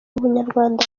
ubunyarwanda